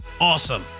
awesome